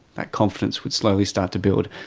that confidence would slowly start to build.